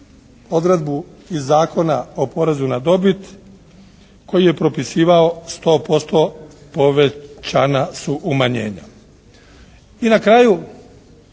odredbu iz Zakona o porezu na dobit koji je propisivao 100% povećana su umanjenja. I na kraju